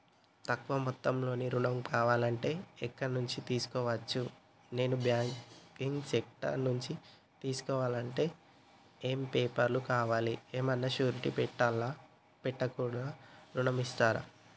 తక్కువ మొత్తంలో ఋణం కావాలి అంటే ఎక్కడి నుంచి తీసుకోవచ్చు? నాన్ బ్యాంకింగ్ సెక్టార్ నుంచి తీసుకోవాలంటే ఏమి పేపర్ లు కావాలి? ఏమన్నా షూరిటీ పెట్టాలా? పెట్టకుండా ఋణం ఇస్తరా?